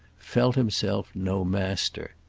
felt himself no master.